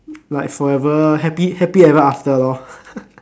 like forever happy happy ever after lor